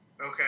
okay